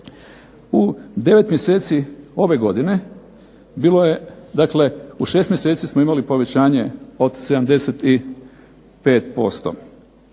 U 9 mjeseci ove godine, bilo je dakle, u 6 mjeseci smo imali povećanje od 75%.